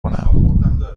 کنم